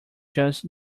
just